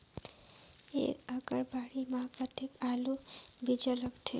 एक एकड़ बाड़ी मे कतेक आलू बीजा लगथे?